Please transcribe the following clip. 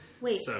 Wait